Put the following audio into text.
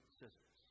scissors